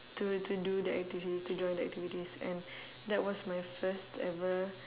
to to do the activity to join the activities and that was my first ever